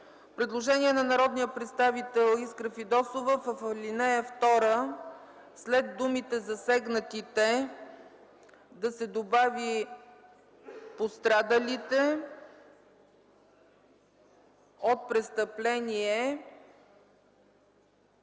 Предложение на народния представител Искра Фидосова: в ал. 2 след думите „засегнатите” да се добави „пострадалите от престъпление”.